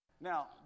Now